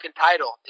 title